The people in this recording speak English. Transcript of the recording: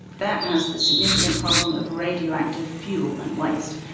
that has the significant problem of radioactive fuel and waste.